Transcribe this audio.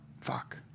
fuck